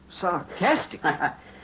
Sarcastic